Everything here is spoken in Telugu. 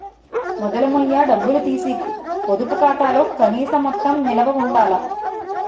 మొదలు మొయ్య డబ్బులు తీసీకు పొదుపు ఖాతాలో కనీస మొత్తం నిలవ ఉండాల